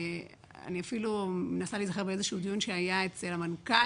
אני אפילו מנסה להיזכר בדיון שהיה אצל המנכ"ל,